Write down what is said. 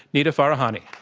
nita farahany.